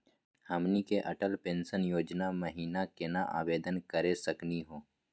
हमनी के अटल पेंसन योजना महिना केना आवेदन करे सकनी हो?